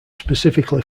specifically